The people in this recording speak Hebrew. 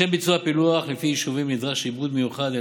לשם ביצוע הפילוח לפי יישובים נדרש עיבוד מיוחד על